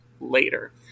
later